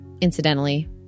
incidentally